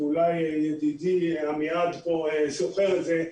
ואולי ידידי עמיעד זוכר את זה,